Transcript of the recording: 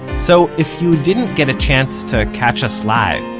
so if you didn't get a chance to catch us live,